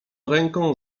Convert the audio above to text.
ręką